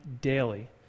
daily